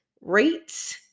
rates